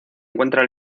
encuentra